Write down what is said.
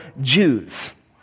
Jews